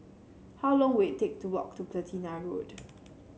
how long will it take to walk to Platina Road